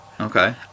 Okay